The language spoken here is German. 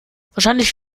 wahrscheinlich